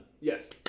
Yes